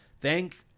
Thank